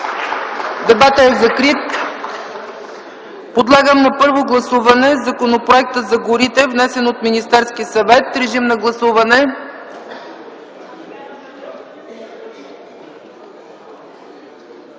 Дебатът е закрит. Подлагам на първо гласуване Законопроектът за горите, внесен от Министерския съвет. Режим на гласуване.